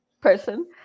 person